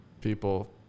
people